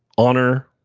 honor.